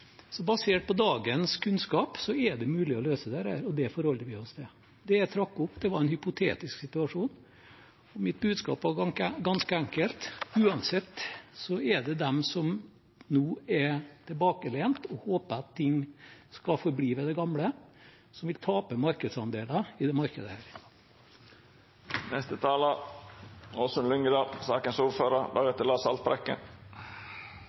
Så basert på dagens kunnskap er det mulig å løse dette, og det forholder vi oss til. Det jeg trakk opp, var en hypotetisk situasjon, og mitt budskap var ganske enkelt: Uansett er det de som nå er tilbakelente og håper at ting skal forbli ved det gamle, som vil tape markedsandeler i dette markedet.